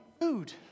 food